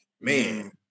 man